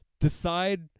decide